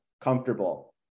comfortable